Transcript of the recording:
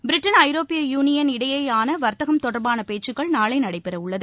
Britain ஐரோப்பிய union இடையேயான வர்த்தகம் தொடர்பான பேச்சுக்கள் நாளை நடைபெறவுள்ளது